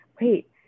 wait